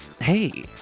hey